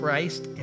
Christ